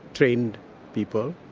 trained people,